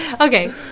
Okay